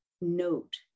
note